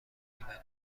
میبرم